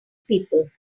people